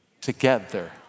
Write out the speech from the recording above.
together